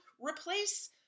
replace